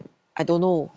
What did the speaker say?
I don't know